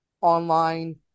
online